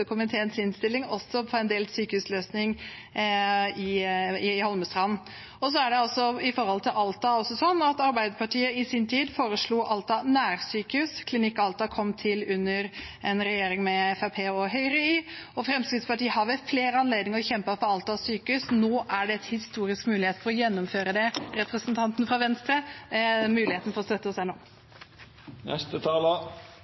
komiteens innstilling også om en delt sykehusløsning i Holmestrand. Når det gjelder Alta, foreslo Arbeiderpartiet i sin tid Alta nærsykehus. Klinikk Alta kom til under en regjering med Fremskrittspartiet og Høyre i, og Fremskrittspartiet har ved flere anledninger kjempet for Alta sykehus. Nå er det en historisk mulighet til å gjennomføre det. Representanten fra Venstre har mulighet til å støtte